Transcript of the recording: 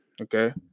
okay